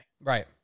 Right